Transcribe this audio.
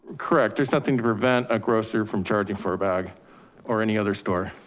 correct, there's nothing to prevent a grocer from charging for a bag or any other store.